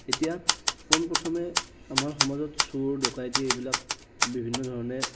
এতিয়া পোন প্ৰথমে আমাৰ সমাজত চোৰ ডকাইটি এইবিলাক বিভিন্ন ধৰণে